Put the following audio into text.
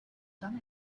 done